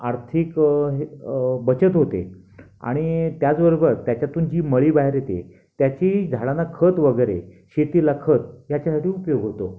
आर्थिक हे बचत होते आणि त्याचबरोबर त्याच्यातून जी मळी बाहेर येते त्याची झाडांना खत वगैरे शेतीला खत ह्याच्यासाठी उपयोग होतो